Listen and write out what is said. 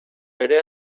ere